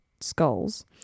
skulls